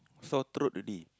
sore throat already